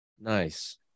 Nice